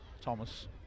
Thomas